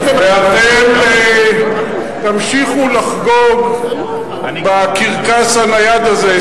אתם תמשיכו לחגוג בקרקס הנייד הזה.